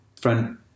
front